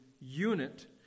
unit